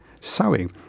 sewing